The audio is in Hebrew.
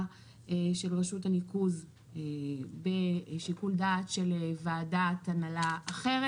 של רשות הניקוז בשיקול דעת של ועדת הנהלה אחרת.